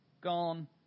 gone